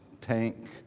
tank